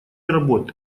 работ